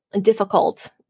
difficult